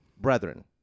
brethren